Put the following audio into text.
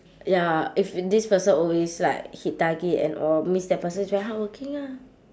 ya if this person always like hit target and all means that person's very hardworking ah